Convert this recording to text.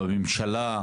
בממשלה,